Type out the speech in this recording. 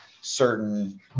certain